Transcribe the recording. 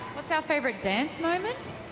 what's our favorite dance moment?